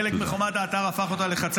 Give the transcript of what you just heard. איך חלק מחומת האתר הוא הפך לחצץ.